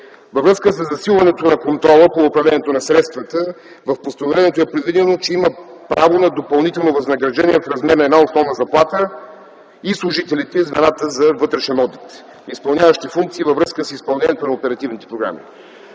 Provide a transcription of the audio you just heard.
Във връзка със засилването на контрола по управлението на средствата в постановлението е предвидено, че имат право на допълнително възнаграждение в размер на една основна заплата и служителите – звената за вътрешен одит, изпълняващи функции във връзка с изпълнението на оперативните програми.